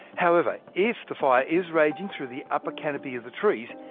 however, if the fire is raging through the upper canopy of the trees,